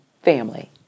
Family